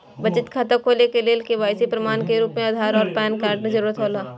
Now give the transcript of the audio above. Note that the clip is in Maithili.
बचत खाता खोले के लेल के.वाइ.सी के प्रमाण के रूप में आधार और पैन कार्ड के जरूरत हौला